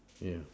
yeah